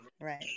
Right